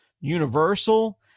Universal